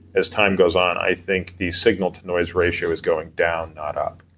as time goes on, i think the signal to noise ratio is going down, not up.